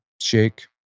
shake